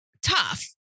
tough